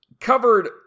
covered